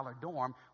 dorm